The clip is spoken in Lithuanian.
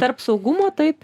tarp saugumo taip